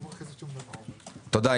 תודה.